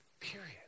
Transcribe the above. Period